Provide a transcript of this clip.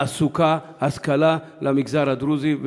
תעסוקה והשכלה למגזר הדרוזי,